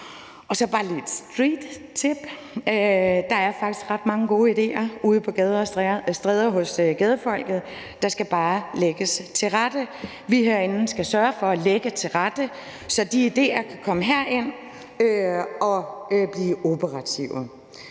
Så bare lige et streettip: Der er faktisk ret mange gode idéer ude på gader og stræder hos gadefolket. Der skal bare lægges til rette. Vi herinde skal sørge for at lægge det til rette, så de idéer kan komme herind og blive operative.